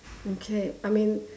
okay I mean